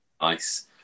nice